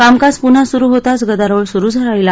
कामकाज पुन्हा सुरु होताच गदारोळ सुरुच राहिला